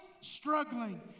struggling